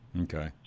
Okay